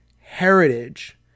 heritage